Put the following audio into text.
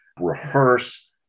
rehearse